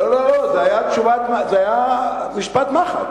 לא, זה היה משפט מחץ.